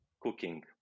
cooking